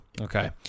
Okay